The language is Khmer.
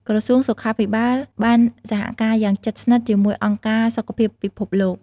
ក្រសួងសុខាភិបាលបានសហការយ៉ាងជិតស្និទ្ធជាមួយអង្គការសុខភាពពិភពលោក។